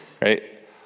right